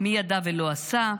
מי ידע ולא עשה?